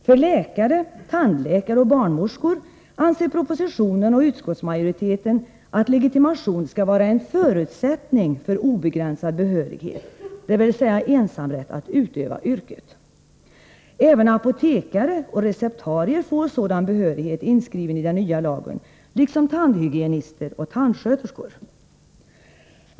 För läkare, tandläkare och barnmorskor anser propositionen och utskottsmajoriteten att legitimation skall vara en förutsättning för obegränsad behörighet, dvs. ensamrätt, att utöva yrket. Även apotekare och receptarier får sådan behörighet inskriven i den nya lagen liksom tandhygienister och tandsköterskor.